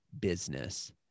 business